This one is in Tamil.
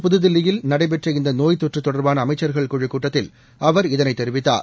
புதுதில்லியில் நேற்றுநடைபெற்ற இந்தநோய் தொற்றுதொடர்பானஅமைச்சர்கள் குழுக் கூட்டத்தில் அவர் இதனைதெரிவித்தார்